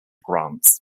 grants